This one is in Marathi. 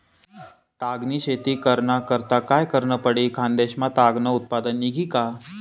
ताग नी शेती कराना करता काय करनं पडी? खान्देश मा ताग नं उत्पन्न निंघी का